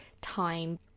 time